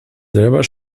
selber